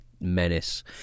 menace